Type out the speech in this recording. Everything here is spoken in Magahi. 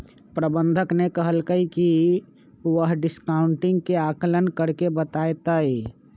प्रबंधक ने कहल कई की वह डिस्काउंटिंग के आंकलन करके बतय तय